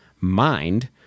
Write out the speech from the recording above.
mind